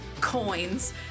coins